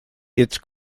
its